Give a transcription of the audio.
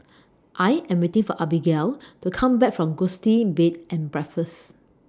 I Am waiting For Abigale to Come Back from Gusti Bed and Breakfast